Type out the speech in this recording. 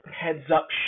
heads-up